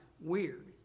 weird